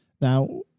Now